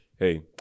Hey